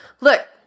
Look